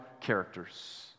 characters